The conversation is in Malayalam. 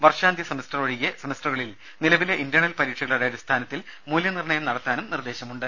വർഷാന്ത്യ സെമസ്റ്റർ ഒഴികെയുള്ള സെമസ്റ്ററുകളിൽ നിലവിലെ ഇന്റേണൽ പരീക്ഷകളുടെ അടിസ്ഥാനത്തിൽ മൂല്യനിർണയം നടത്താനും നിർദേശമുണ്ട്